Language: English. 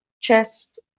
chest